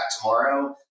tomorrow